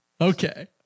Okay